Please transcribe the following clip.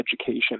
education